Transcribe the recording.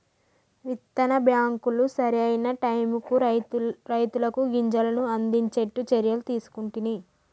విత్తన బ్యాంకులు సరి అయిన టైముకు రైతులకు గింజలను అందిచేట్టు చర్యలు తీసుకుంటున్ది